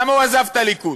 למה הוא עזב את הליכוד.